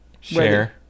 Share